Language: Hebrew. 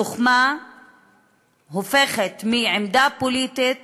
לוחמה הופכת מעמדה פוליטית